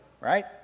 right